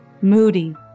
Moody